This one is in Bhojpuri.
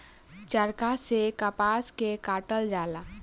चरखा से कपास के कातल जाला